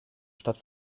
stadt